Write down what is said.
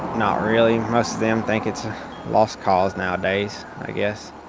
not really. most of them think it's a lost cause nowadays, i guess.